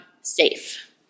safe